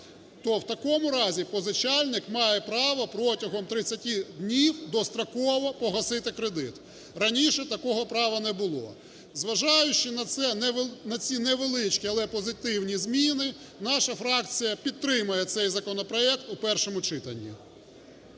то в такому разі позичальник має право протягом 30 днів достроково погасити кредит. Раніше такого права не було. Зважаючи на ці невеличкі, але позитивні зміни, наша фракція підтримає цей законопроект у першому читанні.